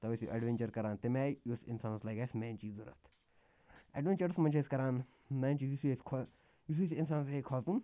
تَوَے چھُو اٮ۪ڈوینچر کَران تَمہِ آیہِ یُس اِنسانَس لَگہِ آسہِ مین چیٖز ضوٚرَتھ اٮ۪ڈوینچرَس منٛز چھِ أسۍ کَران مین چیٖز یُتھٕے أسۍ کھۄ یِتھُے أسۍ اِنسانَس ہیٚکہِ کھۄژُن